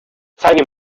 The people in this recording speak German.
zeige